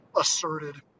asserted